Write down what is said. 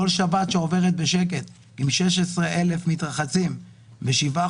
בכל שבת שעוברת בשקט עם 16,000 מתרחצים בשבעה